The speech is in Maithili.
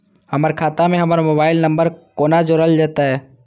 हमर खाता मे हमर मोबाइल नम्बर कोना जोरल जेतै?